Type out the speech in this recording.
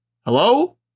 hello